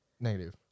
Negative